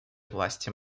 власти